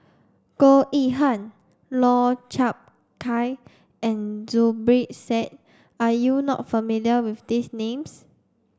Goh Yihan Lau Chiap Khai and Zubir Said are you not familiar with these names